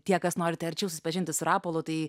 tie kas norite arčiau susipažinti su rapolu tai